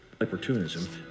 Opportunism